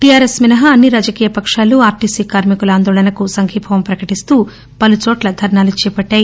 TRS మినహా అన్ని రాజకీయ పకాలు ఆర్టీసీ కార్మికుల ఆందోళనకు సంఘీభావం ప్రకటిస్తూ పలుచోట్ల ధర్సాలు చేపట్టాయి